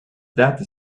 that